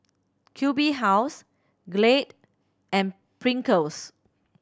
Q B House Glade and Pringles